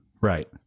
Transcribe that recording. Right